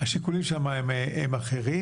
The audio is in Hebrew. השיקולים שם הם אחרים,